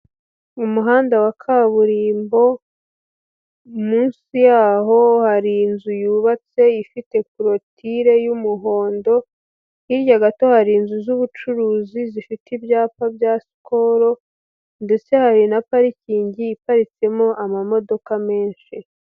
Mu muhanda wa kaburimbo, munsi yaho hari inzu yubatse ifite Poroture y'umuhondo. Hirya gato hari inzu z'ubucuruzi zifite ibyapa bya Sikolo, ndetse hari na Parikingi iparitsemo amamodoka menshi.